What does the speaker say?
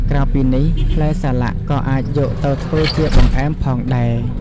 ក្រៅពីនេះ ផ្លែសាឡាក់ក៏អាចយកទៅធ្វើជាបង្អែមផងដែរ។